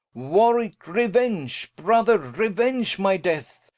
warwicke, reuenge brother, reuenge my death.